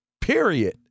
period